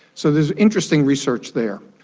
so there's interesting research there.